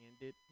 ended